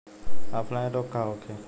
Offline रोग का होखे?